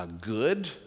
good